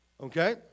Okay